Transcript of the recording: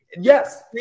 Yes